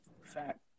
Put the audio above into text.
Fact